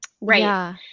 Right